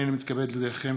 הנני מתכבד להודיעכם,